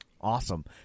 Awesome